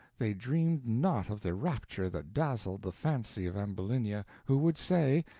they dreamed not of the rapture that dazzled the fancy of ambulinia, who would say,